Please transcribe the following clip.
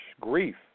grief